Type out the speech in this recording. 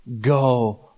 go